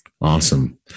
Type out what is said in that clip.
Awesome